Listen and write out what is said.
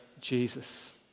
Jesus